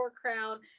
crown